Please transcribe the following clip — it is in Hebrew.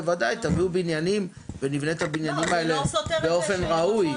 בוודאי תביאו בניינים ונבנה את הבניינים האלה באופן ראוי.